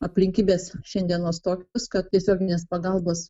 aplinkybės šiandienos tokios kad tiesioginės pagalbos